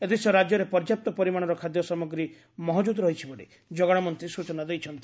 ଏଥିସହ ରାଜ୍ୟରେ ପର୍ଯ୍ୟାପ୍ତ ପରିମାଣରେ ଖାଦ୍ୟ ସାମଗ୍ରୀ ମହକୁଦ୍ ରହିଛି ବୋଲି ଯୋଗାଣ ମନ୍ତୀ ସ୍ଚନା ଦେଇଛନ୍ତି